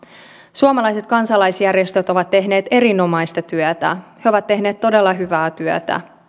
suomalaiset kansalaisjärjestöt ovat tehneet erinomaista työtä he ovat tehneet todella hyvää työtä